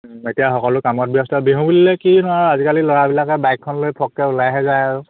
এতিয়া সকলো কামত ব্যস্ত বিহু বুলিলে কিনো আৰু আজিকালি ল'ৰাবিলাকে বাইকখন লৈ ফককৈ ওলাইহে যায় আৰু